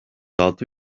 altı